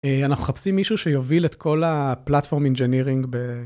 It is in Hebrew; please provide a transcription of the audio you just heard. אנחנו מחפשים מישהו שיוביל את כל הפלטפורם אינג'ינירינג.